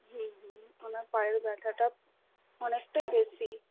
হুম হুম ওঁর পায়ের ব্যথাটা অনেকটাই বেশি